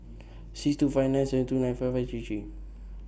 six two five nine seven two nine five three three